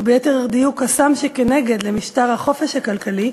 או ביתר דיוק: הסם-שכנגד למשטר החופש הכלכלי,